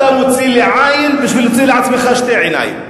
אתה מוציא לי עין בשביל להוציא לעצמך שתי עיניים.